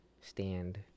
Stand